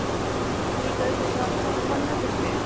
क एक मिटर तुका पन्नास रुपया